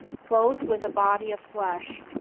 clothed with a body of flesh,